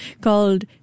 called